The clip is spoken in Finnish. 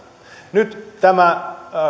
nyt tämä